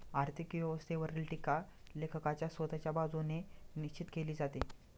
आर्थिक व्यवस्थेवरील टीका लेखकाच्या स्वतःच्या बाजूने निश्चित केली जाते